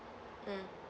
mm